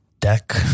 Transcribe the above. deck